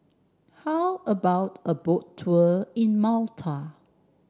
how about a Boat Tour in Malta